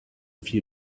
few